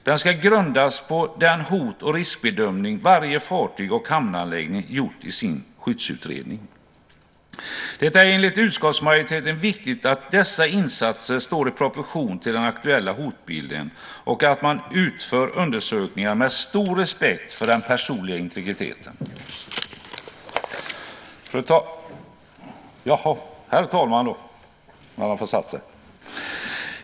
Denna ska grundas på den hot och riskbedömning varje fartyg och hamnanläggning gjort i sin skyddsutredning. Det är enligt utskottsmajoriteten viktigt att dessa insatser står i proportion till den aktuella hotbilden och att man utför undersökningarna med stor respekt för den personliga integriteten. Herr talman!